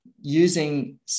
using